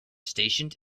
stationed